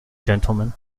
gentleman